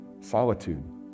Solitude